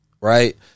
right